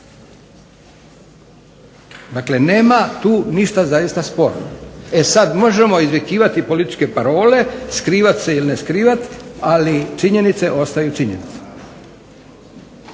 Dakle, nema tu ništa zaista sporno. E sada možemo izvikivati političke parole, skrivati se ili ne skrivat, ali činjenice ostaju činjenice.